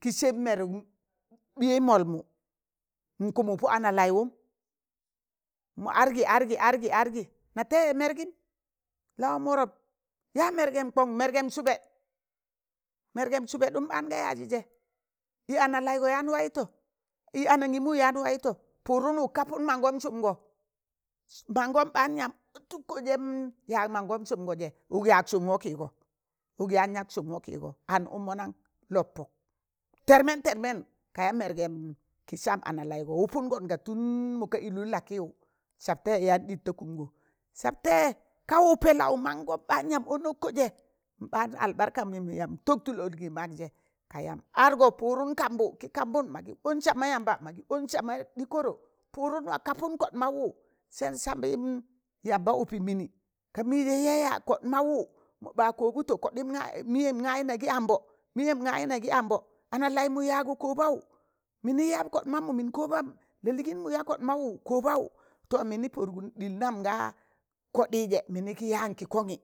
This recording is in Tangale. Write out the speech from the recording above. Kị sẹb mẹrụk ɓẹye mọlmụ n kụmụg pọ ana laịwụm, mọ adgị adgi, adgị adgi na taịzẹ mẹrgịm lawọn wọrap ya mẹrgm kọn, mẹrgẹm sụbẹt mẹrgẹn sụbẹtụm ɓaan ka yaazị sẹ ị ana laịgọ yaan wayụtọ ị anangịmụ yaan wụyụtọ, pụdụm uk kapun mangọm sụmgo,̣ mọngọm ɓaan yamb ọtụkkọ zẹm yaag manọm sụmgọjẹ, ụk yaag sụm wọkịgo, ụk yaan sụm wọkịgọ an ụk mọ nan lọp pọk, tẹrmẹn tẹrmẹn kaya mẹrgẹ m kị sam ana laịgẹ wụpọngọnka tun mok ka ịllụnọn la kịwụ sab taịyẹ yaan ɗịt ta kụmgọ sab taịzẹ ka wụpẹ lau mankọm ɓaan yanb ọndụkkọ zẹ n ɓaan albarkam yamb tọk tụl ọnị manzẹ ka yamb adgọ pụdụm kọmbu kị kambụn magị ọn sama yamba, magị ọn sama ɗị kọrọ pụdụm wa kapun kọ maụwụ sẹ sabịn yamba wụpịta mịnị, ka mịzẹya ya kọ maụwụ mọba kọbụtụ kọɗịm gayịn mịyẹm gayị nị ambọ, mịyẹm gayị ne gị ambọ, ana laịmụ yaagọ kọọbawụ, mịnị ya kọ mammụ mịn kabawụ to mịnị pọdụkụ ɗịl nam ngaa kọɗịzẹ mịnị yaan kị kọngị